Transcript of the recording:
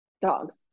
Dogs